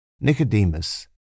Nicodemus